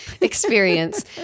experience